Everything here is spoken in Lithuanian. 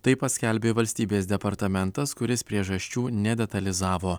tai paskelbė valstybės departamentas kuris priežasčių nedetalizavo